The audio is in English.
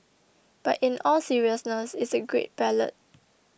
but in all seriousness it's a great ballad